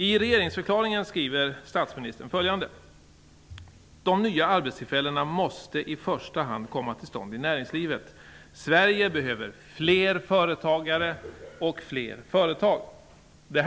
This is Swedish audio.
I regeringsdeklarationen skriver statsministern följande: "De nya arbetstillfällena måste i första hand komma till stånd i näringslivet. Sverige behöver fler företag och fler företagare."